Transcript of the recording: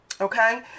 okay